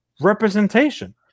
representation